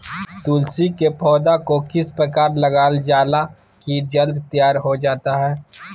तुलसी के पौधा को किस प्रकार लगालजाला की जल्द से तैयार होता है?